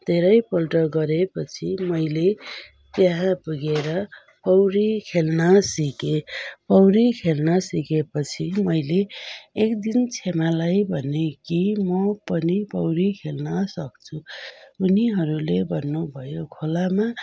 धेरैपल्ट गरेपछि मैले त्यहाँ पुगेर पौडी खेल्न सिकेँ पौडी खेल्न सिकेपछि मैले एकदिन छेमालाई भनेँ कि म पनि पौडी खेल्न सक्छु उनीहरूले भन्नु भयो खोलामा